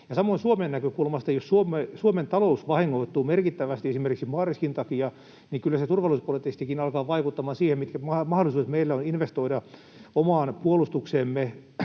Samoin Suomen näkökulmasta: jos Suomen talous vahingoittuu merkittävästi esimerkiksi maariskin takia, niin kyllä se turvallisuuspoliittisestikin alkaa vaikuttamaan siihen, mitkä mahdollisuudet meillä on investoida omaan puolustukseemme,